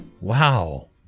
Wow